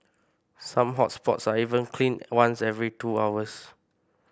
some hot spots are even cleaned once every two hours